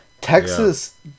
Texas